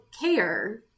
care